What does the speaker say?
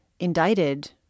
indicted